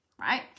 right